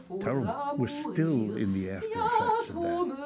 terrible. we're still in the after effects of that.